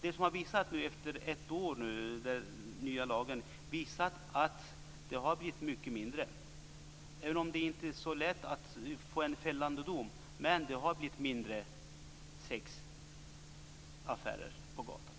Ett år med den nya lagen visar på att det blivit mycket färre sexaffärer på gatan, även om det inte är så lätt att få en fällande dom.